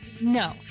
No